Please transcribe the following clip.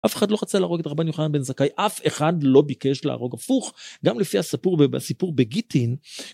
אף אחד לא רצה להרוג את רבן יוחנן בן זכאי, אף אחד לא ביקש להרוג, הפוך, גם לפי הסיפור הסיפור בגיטין.